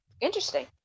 Interesting